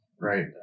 right